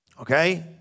okay